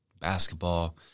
basketball